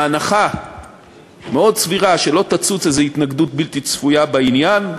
בהנחה מאוד סבירה שלא תצוץ איזה התנגדות בלתי צפויה בעניין,